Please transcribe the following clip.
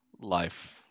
life